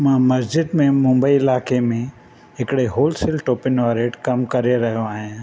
मां मस्जिद में मुम्बई इलाक़े में हिकिड़े होलसेल टोपिनि वारे वटि कमु करे रहियो आयां